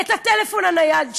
את הטלפון הנייד שלו?